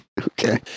Okay